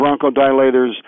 bronchodilators